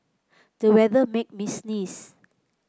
the weather made me sneeze